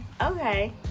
Okay